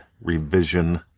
Revision